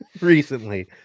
recently